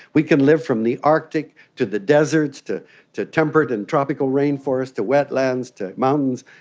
we can live from the arctic to the deserts to to temperate and tropical rainforest to wetlands to mountains,